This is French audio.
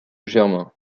germains